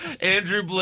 Andrew